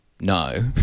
no